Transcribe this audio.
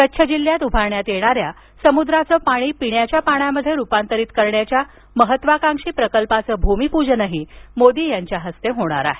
कच्छ जिल्ह्यात उभारण्यात येणाऱ्या समुद्राचं पाणी पिण्याच्या पाण्यात रुपांतरीत करण्याच्या महत्त्वाकांक्षी प्रकल्पाचं भूमिपूजनही मोदी यांच्या हस्ते होणार आहे